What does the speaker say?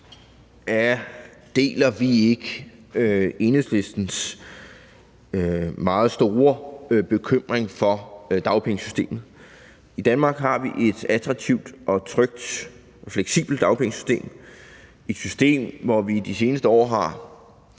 deler vi ikke Enhedslistens meget store bekymring for dagpengesystemet. I Danmark har vi et attraktivt og et trygt og et fleksibelt dagpengesystem, et system, hvor vi de seneste år har